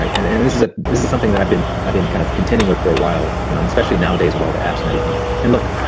and and ah this is something that i've been i've been kind of contending with for a while you know and especially nowadays with all the apps and everything and look,